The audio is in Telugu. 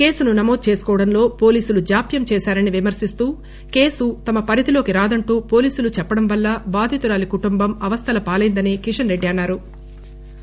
కేసును నమోదు చేసుకోవడంలో పోలీసులు జాప్సం చేశారని విమర్పిస్తూ కేసు తమ పరిధిలోకి రాదంటూ పోలీసులు చెప్పడం వల్ల బాధితురాలి కుటుంబం అవస్థల పాలైందని కిషన్ రెడ్డి అన్నారు